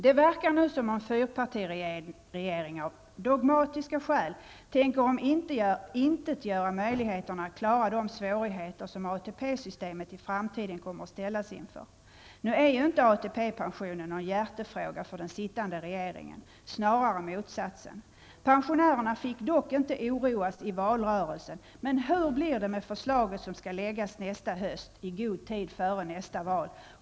Det verkar nu som om fyrpartiregeringen av dogmatiska skäl tänker omintetgöra möjligheten att klara de svårigheter som ATP-systemet i framtiden kommer att ställas inför. Nu är ju inte ATP-pensionen någon hjärtefråga för den sittande regeringen -- snarare motsatsen. Pensionärerna fick dock inte oroas i valrörelsen, men hur blir det med det förslag som skall läggas fram nästa höst, i god tid före nästa val?